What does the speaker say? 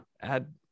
add